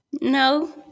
No